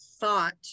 thought